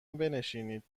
بنشینید